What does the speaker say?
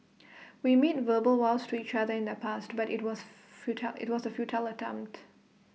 we made verbal vows to each other in the past but IT was futile IT was A futile attempt